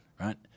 right